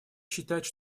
считать